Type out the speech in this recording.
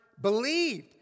believed